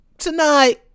tonight